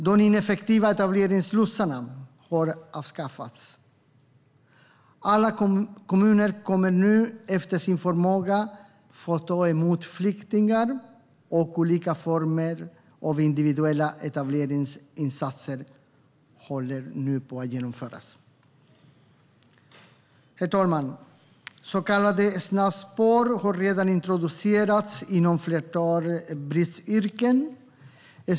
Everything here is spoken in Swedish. De ineffektiva etableringslotsarna har avskaffats. Alla kommuner kommer nu, efter sin förmåga, att få ta emot flyktingar. Och olika former av individuella etableringsinsatser håller nu på att genomföras. Herr talman! Så kallade snabbspår har redan introducerats inom ett flertal bristyrken.